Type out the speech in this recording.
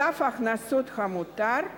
סף ההכנסות המותר)